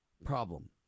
problem